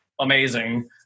amazing